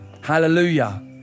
Hallelujah